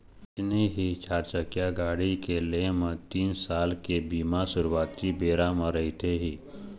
अइसने ही चारचकिया गाड़ी के लेय म तीन साल के बीमा सुरुवाती बेरा म रहिथे ही